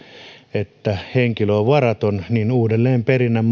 että henkilö on varaton niin uudelleenperinnän